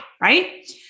right